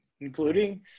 including